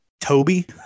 Toby